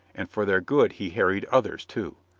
and for their good he harried others, too.